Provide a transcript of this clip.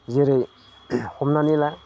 जेरै हमनानै ला